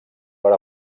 per